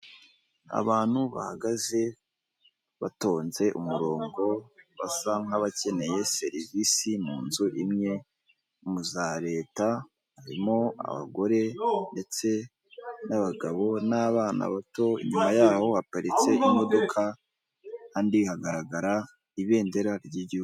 Abantu bahagaze batonze umurongo basa nkabakeneye serivisi mu nzu imwe mu za leta harimo abagore ndetse n'abagabo n'abana bato inyuma yabo baparitse imodoka kandi hagaragara ibendera ry'igihugu.